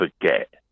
forget